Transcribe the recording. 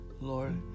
Lord